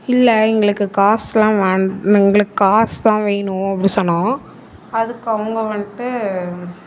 இல்லை எங்களுக்கு காசெல்லாம் வேண் எங்களுக்கு காசு தான் வேணும் அப்படின் சொன்னோம் அதுக்கு அவங்க வந்துட்டு